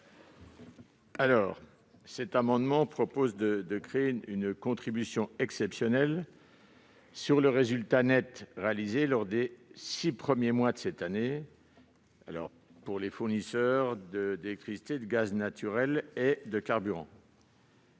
? Ces amendements visent à créer une contribution exceptionnelle sur le résultat net réalisé lors des six premiers mois de l'année 2021, par les fournisseurs d'électricité, de gaz naturel et de carburant.